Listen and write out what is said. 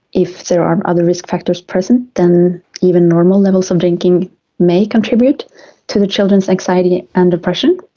if there are other risk factors present then even normal levels of drinking may contribute to the children's anxiety and depression.